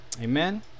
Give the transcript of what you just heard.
Amen